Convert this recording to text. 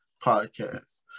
Podcast